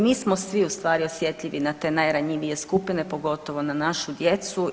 Mi smo svi ustvari osjetljivi na te najranjivije skupine, pogotovo na našu djecu.